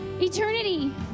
eternity